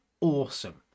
awesome